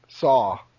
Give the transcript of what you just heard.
saw